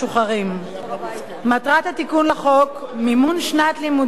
מטרת התיקון לחוק: מימון שנת לימודים אקדמית